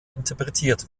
interpretiert